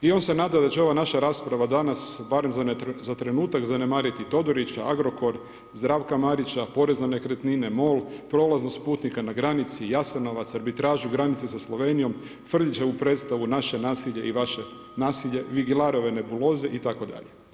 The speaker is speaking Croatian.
I on se nada da će ova naša rasprava danas barem na trenutak zanemariti Todorića, Agrokor, Zdravka Marića, porez na nekretnine, MOL, prolaznost putnika na granici, Jasenovac, arbitražu granice sa Slovenijom, Frljićevu predstavu „Naše nasilje i vaše nasilje“, Vigilarove nebuloze itd.